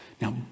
Now